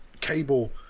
cable